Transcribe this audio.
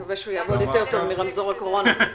נקווה שהוא יעבוד טוב יותר מרמזור הקורונה.